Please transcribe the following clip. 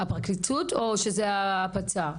הפרקליטות או שזה הפצ"ר?